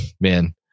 man